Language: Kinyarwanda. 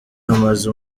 amaze